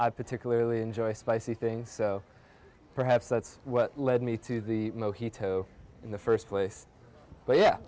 i particularly enjoy spicy things so perhaps that's what led me to the in the first place but yeah